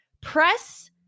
press